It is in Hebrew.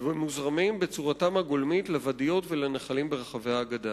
ומוזרמים בצורתם הגולמית לוואדיות ולנחלים ברחבי הגדה.